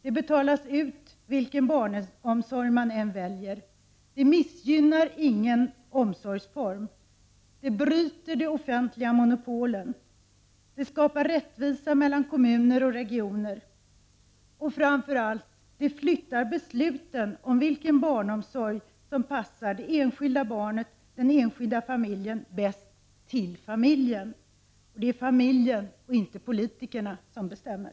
Det betalas ut vilken barnomsorg man än väljer. Det missgynnar ingen omsorgsform. Det bryter de offentliga monopolen. Det skapar rättvisa mellan kommuner och regioner. Och framför allt: Det flyttar besluten om vilken barnomsorg som passar det enskilda barnet, den enskilda familjen, bäst till familjen. Det är familjen och inte politikerna som bestämmer.